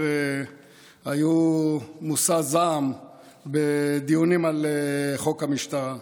היו מושא זעם בדיונים על חוק המשטרה.